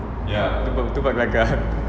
tu pun tu pun gagal